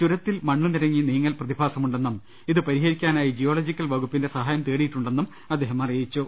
ചുരത്തിൽ മണ്ണുനിരങ്ങി നീങ്ങൽ പ്രതിഭാസമുണ്ടെന്നും ഇത് പരിഹരിക്കാനായി ജിയോളാജിക്കൽ വകുപ്പിന്റെ സഹായം തേടിയിട്ടുണ്ടെന്നും അദ്ദേഹം അറിയിച്ചു